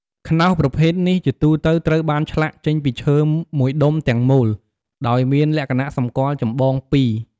ខ្នោសប្រភេទនេះជាទូទៅត្រូវបានឆ្លាក់ចេញពីឈើមួយដុំទាំងមូល ដោយមានលក្ខណៈសម្គាល់ចម្បងពីរ។